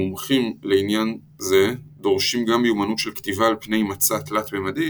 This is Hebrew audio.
המומחים לעניין זה דורשים גם מיומנות של כתיבה על פני מצע תלת־ממדי